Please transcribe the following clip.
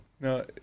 No